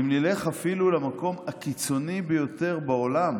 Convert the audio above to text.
אם נלך אפילו למקום הקיצוני ביותר בעולם